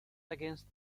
against